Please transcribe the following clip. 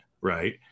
Right